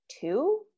two